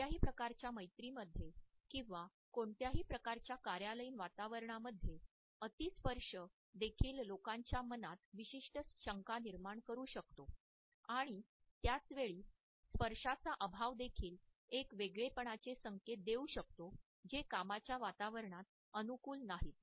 कोणत्याही प्रकारच्या मैत्रीमध्ये किंवा कोणत्याही प्रकारच्या कार्यालयीन वातावरणामध्ये अति स्पर्श देखील लोकांच्या मनात विशिष्ट शंका निर्माण करू शकतो आणि त्याच वेळी स्पर्शाचा अभाव देखील एक वेगळेपणाचे संकेत देऊ शकतो जे कामाच्या वातावरणात अनुकूल नाहीत